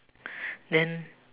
then